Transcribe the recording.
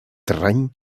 terreny